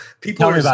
people